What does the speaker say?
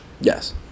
Yes